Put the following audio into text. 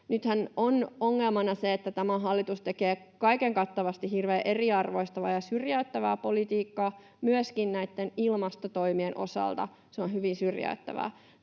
Nythän on ongelmana se, että tämä hallitus tekee kaikenkattavasti hirveän eriarvoistavaa ja syrjäyttävää politiikkaa, myöskin näitten ilmastotoimien osalta se on hyvin syrjäyttävää.